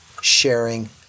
sharing